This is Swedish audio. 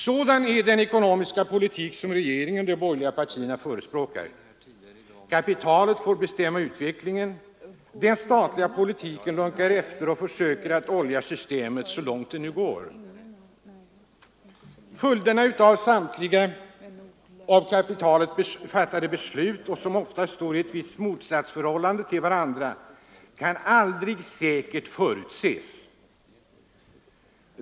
Sådan är den ekonomiska politik som regeringen och de borgerliga partierna förespråkar: Kapitalet får bestämma utvecklingen, den statliga politiken lunkar efter och försöker att olja systemet så långt det nu går. Följderna av samtliga av kapitalet fattade beslut, som ofta står i ett visst motsatsförhållande till varandra, kan aldrig säkert förutses.